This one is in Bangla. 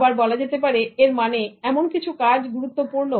আবার বলা যেতে পারে এর মানে এমন কিছু কাজ গুরুত্বপূর্ণ